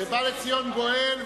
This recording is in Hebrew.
ובא לציון גואל,